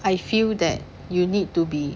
I feel that you need to be